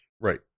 Right